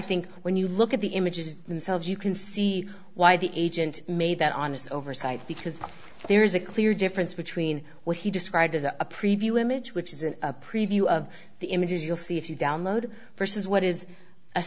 think when you look at the images themselves you can see why the agent made that honest oversight because there is a clear difference between what he described as a preview image which is a preview of the images you'll see if you download versus what is a